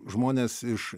žmonės iš